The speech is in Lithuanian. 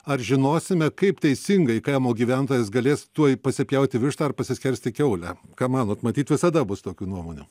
ar žinosime kaip teisingai kaimo gyventojas galės tuoj pasipjauti vištą ar pasiskersti kiaulę ką manot matyt visada bus tokių nuomonių